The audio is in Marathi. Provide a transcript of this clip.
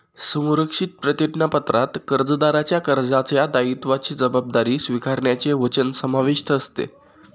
संरक्षित प्रतिज्ञापत्रात कर्जदाराच्या कर्जाच्या दायित्वाची जबाबदारी स्वीकारण्याचे वचन समाविष्ट असते